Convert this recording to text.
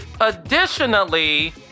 Additionally